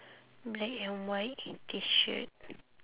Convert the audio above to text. black and white T shirt